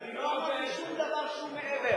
אני לא אמרתי שום דבר שהוא מעבר.